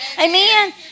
Amen